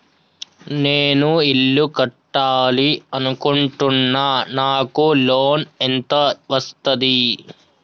నేను ఇల్లు కట్టాలి అనుకుంటున్నా? నాకు లోన్ ఎంత వస్తది?